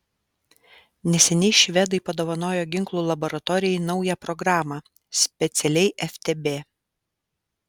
neseniai švedai padovanojo ginklų laboratorijai naują programą specialiai ftb